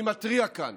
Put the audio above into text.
אני מתריע כאן